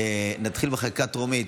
נתחיל בחקיקה טרומית.